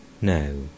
No